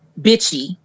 bitchy